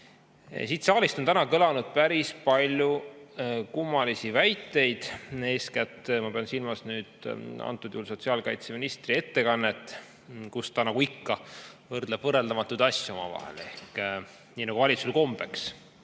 Siin saalis on täna kõlanud päris palju kummalisi väiteid. Eeskätt ma pean silmas sotsiaalkaitseministri ettekannet, kus ta nagu ikka võrdleb võrreldamatuid asju omavahel, nii nagu valitsusel kombeks,